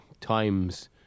times